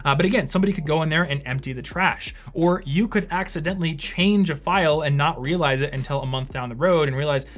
um but again, somebody could go in there and empty the trash. or you could accidentally change a file and not realize it until a month down the road and realize,